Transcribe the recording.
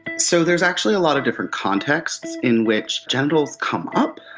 so there's actually a lot of different contexts in which genitals come up,